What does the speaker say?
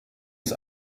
ist